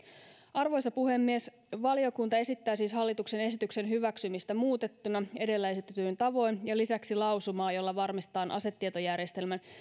arvoisa puhemies valiokunta esittää siis hallituksen esityksen hyväksymistä muutettuna edellä esitetyin tavoin ja lisäksi lausumaa jolla varmistetaan asetietojärjestelmän